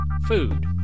food